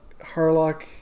Harlock